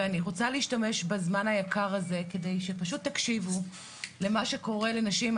ואני רוצה להשתמש בזמן היקר הזה כדי שפשוט תקשיבו למה שקורה לנשים.